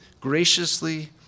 graciously